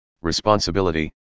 responsibility